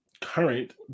current